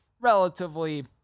relatively